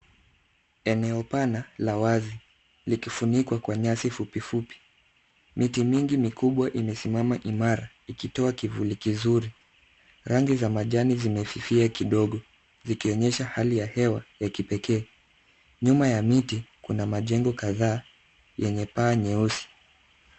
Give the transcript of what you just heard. Eneo pana la wazi likifunikwa kwa nyasi fupifupi. Miti mingi mikubwa imesimama imara, ikitoa kivuli kizuri. Rangi za majani zimefifia kidogo zikionyesha hali ya hewa ya kipekee. Nyuma ya miti kuna majengo kadhaa yenye paa nyeusi.